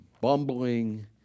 bumbling